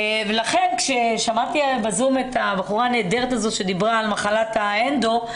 לכן כששמעתי בזום את הבחורה הנהדרת הזו שדיברה על מחלת האנדו,